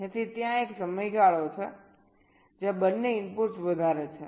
તેથી ત્યાં એક સમયગાળો છે જ્યાં બંને ઇનપુટ્સ વધારે છે